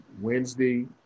Wednesday